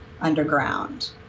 underground